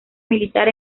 militar